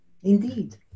Indeed